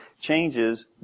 changes